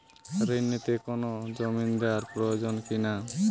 ঋণ নিতে কোনো জমিন্দার প্রয়োজন কি না?